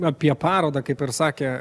apie parodą kaip ir sakė